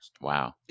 Wow